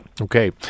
Okay